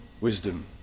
wisdom